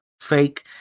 fake